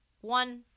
One